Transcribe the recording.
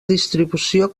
distribució